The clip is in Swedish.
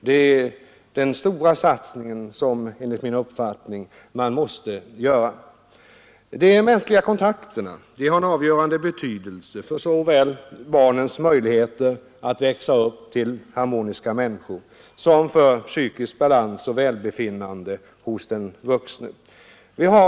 Det är den stora satsning som man enligt min uppfattning måste göra. De mänskliga kontakterna har en avgörande betydelse såväl för barns möjligheter att växa upp till harmoniska människor som för psykisk balans och välbefinnande hos den vuxne.